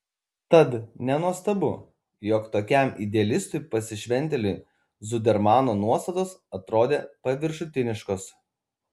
tad nenuostabu jog tokiam idealistui pasišventėliui zudermano nuostatos atrodė paviršutiniškos